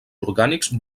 orgànics